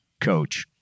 coach